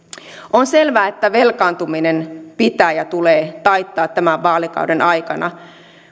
on selvää että velkaantuminen pitää ja tulee taittaa tämän vaalikauden aikana